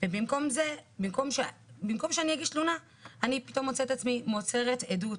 ובמקום שאני אגיש תלונה אני מוצאת את עצמי מוסרת עדות.